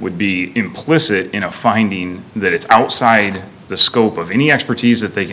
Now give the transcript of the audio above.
would be implicit in a finding that it's outside the scope of any expertise that they can